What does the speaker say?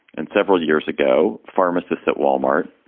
and several years ago, pharmacists at wal-mart.